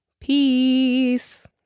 peace